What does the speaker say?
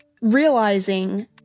realizing